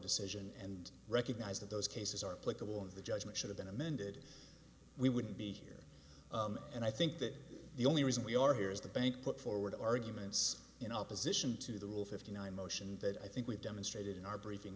decision and recognize that those cases are political and the judgment should have been amended we wouldn't be here and i think that the only reason we are here is the bank put forward arguments in opposition to the rule fifty nine motion that i think we've demonstrated in our br